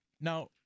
Now